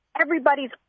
Everybody's